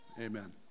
amen